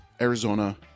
Arizona